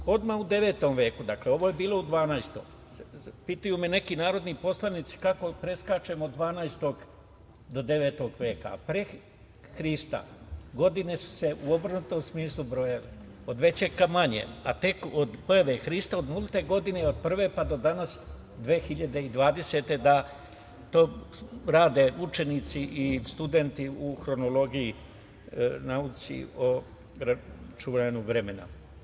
Odmah u 9. veku, dakle ovo je bilo u 12, pitaju me neki narodni poslanici kako preskačemo od 12. do 9. veka, a pre Hrista godine su se u obrnutom smislu brojale, od većeg ka manjem, a tek od prve Hrista, nulte godine od prve pa do danas 2020. godine da, to rade učenici i studenti u hronologiji, nauci o računanju vremena.